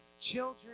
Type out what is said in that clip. children